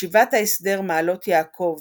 ישיבת ההסדר מעלות יעקב